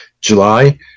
july